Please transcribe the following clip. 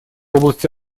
области